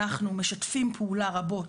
אנחנו משתפים פעולה רבות